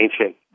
ancient